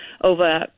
over